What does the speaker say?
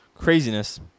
Craziness